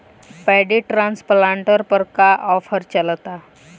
Paddy transplanter पर का offer चलता?